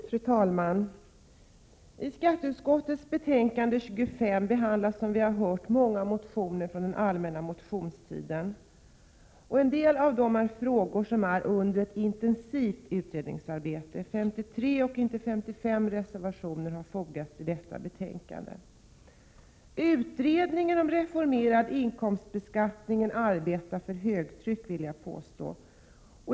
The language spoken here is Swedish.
Fru talman! I skatteutskottets betänkande 25 behandlas, som vi har hört, många motioner från den allmänna motionstiden. En del av dem rör frågor som är under ett intensivt utredningsarbete, 53 — inte 55 — reservationer har fogats till detta betänkande. Utredningen om reformerad inkomstbeskattning arbetar för högtryck, vill jag påstå.